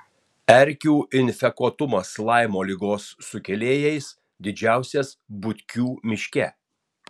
erkių infekuotumas laimo ligos sukėlėjais didžiausias butkių miške